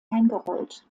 eingerollt